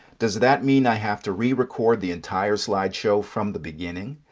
does that mean i have to re-record the entire slideshow from the beginning?